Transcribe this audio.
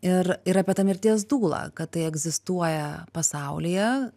ir ir apie tą mirties dulą kad tai egzistuoja pasaulyje